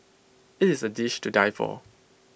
IT is A dish to die for